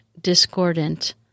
discordant